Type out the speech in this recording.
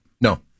No